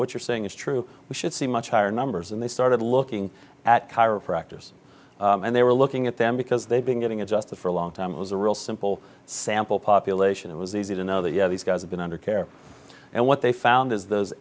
what you're saying is true we should see much higher numbers and they started looking at chiropractors and they were looking at them because they've been getting adjusted for a long time it was a real simple sample population it was easy to know that you know these guys have been under care and what they found is th